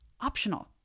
optional